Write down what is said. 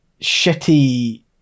shitty